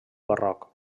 barroc